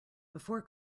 before